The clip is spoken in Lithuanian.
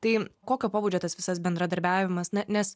tai kokio pobūdžio tas visas bendradarbiavimas na nes